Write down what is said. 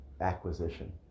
acquisition